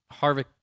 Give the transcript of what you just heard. Harvick